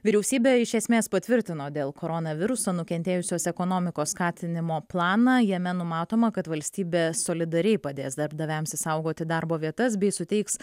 vyriausybė iš esmės patvirtino dėl koronaviruso nukentėjusios ekonomikos skatinimo planą jame numatoma kad valstybė solidariai padės darbdaviams išsaugoti darbo vietas bei suteiks